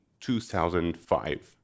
2005